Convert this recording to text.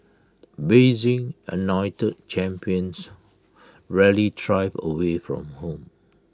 Beijing anointed champions rarely thrive away from home